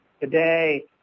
today